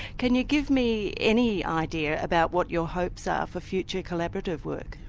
can you give me any idea about what your hopes are for future collaborative work?